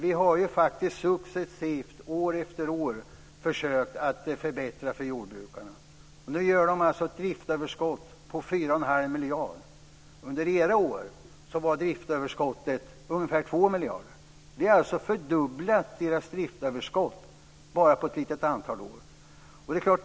Vi har successivt år efter år försökt att förbättra för jordbrukarna. Nu gör de ett driftöverskott på 4 1⁄2 miljarder. Under era år var driftöverskottet ungefär 2 miljarder.